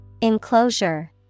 Enclosure